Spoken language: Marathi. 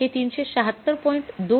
म्हणून जर आपण हे ३७६